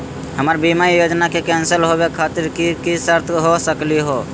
हमर बीमा योजना के कैन्सल होवे खातिर कि कि शर्त हो सकली हो?